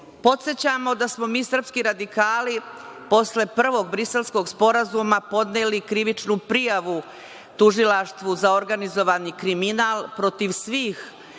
poništi. Podsećamo, da smo mi, srpski radikali, posle prvog Briselskog sporazuma podneli krivičnu prijavu Tužilaštvu za organizovani kriminal, protiv svih